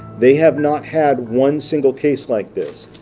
they have not had one single case like this.